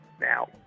Now